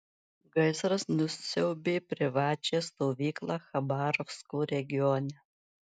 gaisras nusiaubė privačią stovyklą chabarovsko regione